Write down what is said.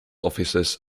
offices